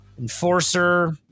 Enforcer